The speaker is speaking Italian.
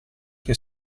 che